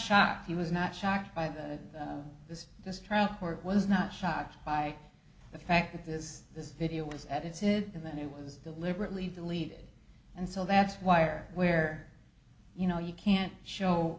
shocked he was not shocked by this this trial court was not shocked by the fact that this this video was at its it and then it was deliberately deleted and so that's why or where you know you can't show